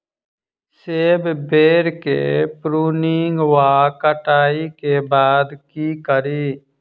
सेब बेर केँ प्रूनिंग वा कटाई केँ बाद की करि?